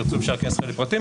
תרצו אפשר להיכנס לפרטים,